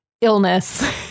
illness